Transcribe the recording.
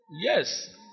Yes